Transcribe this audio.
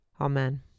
Amen